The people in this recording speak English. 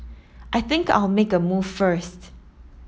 I think I'll make a move first